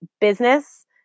business